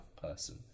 person